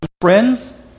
friends